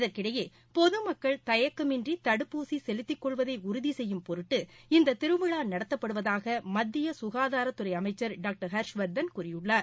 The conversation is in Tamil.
இதற்கிடையே பொதுமக்கள் தயக்கமின்றி தடுப்பூசி செலுத்திக் கொள்வதை உறுதி செய்யும் பொருட்டு இந்த திருவிழா நடத்தப்படுவதாக மத்திய சுகாதாரத் துறை அமைச்சர் டாக்டர் ஹர்ஷ்வர்தன் கூறியுள்ளார்